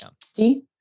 See